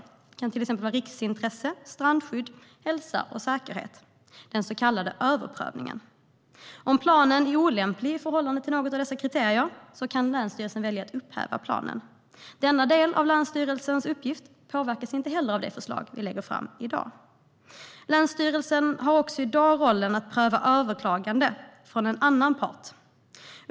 Det kan till exempel vara riksintresse, strandskydd och hälsa och säkerhet. Detta är den så kallade överprövningen. Om planen är olämplig i förhållande till något av dessa kriterier kan länsstyrelsen välja att upphäva planen. Denna del av länsstyrelsens uppgift påverkas inte av det förslag vi lägger fram i dag. För det andra har länsstyrelsen i dag rollen att pröva överklaganden från en annan part.